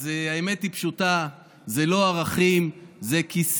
אז האמת היא פשוטה: זה לא ערכים, זה כיסִיאלוגיה.